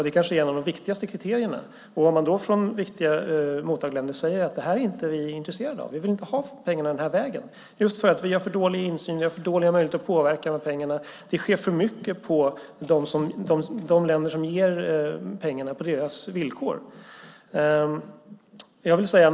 Det kanske är ett av de viktigaste kriterierna att man från viktiga mottagarländer säger att det här är vi inte intresserade av. Vi vill inte ha pengarna den här vägen just för att vi har för dålig insyn, vi har för dåliga möjligheter att påverka de här pengarna, för mycket sker på de ländernas villkor som ger pengarna.